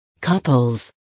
couples